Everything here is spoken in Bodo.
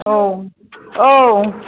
औ औ